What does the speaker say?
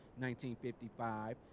1955